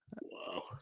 Wow